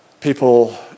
people